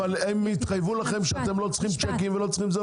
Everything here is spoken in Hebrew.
אבל הם התחייבו לכם שאתם לא צריכים צ'קים ולא זה,